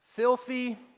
Filthy